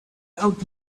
out